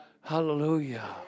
Hallelujah